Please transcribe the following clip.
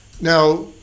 Now